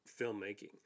filmmaking